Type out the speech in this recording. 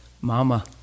Mama